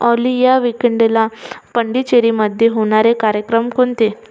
ऑली या विकेंडला पंडिचेरीमध्ये होणारे कार्यक्रम कोणते